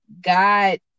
God